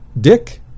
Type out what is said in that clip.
Dick